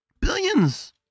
Billions